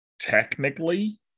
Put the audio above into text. technically